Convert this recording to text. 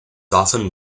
often